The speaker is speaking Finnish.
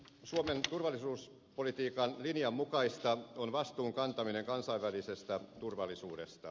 suomen turvallisuuspolitiikan linjan mukaista on vastuun kantaminen kansainvälisestä turvallisuudesta